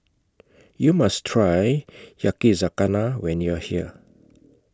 YOU must Try Yakizakana when YOU Are here